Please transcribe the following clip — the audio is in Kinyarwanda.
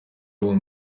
ahubwo